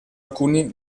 alcuni